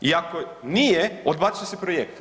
I ako nije odbacuje se projekt.